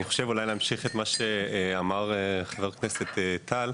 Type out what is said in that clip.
אני חושב אולי להמשיך את מה שאמר חבר הכנסת טל.